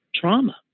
trauma